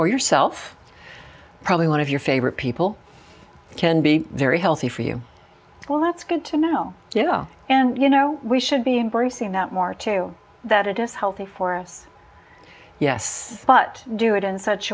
or yourself probably one of your favorite people can be very healthy for you well that's good to know you know and you know we should be embracing that more too that it is healthy for us yes but do it in such